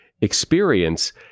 experience